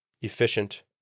efficient